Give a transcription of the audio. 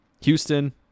Houston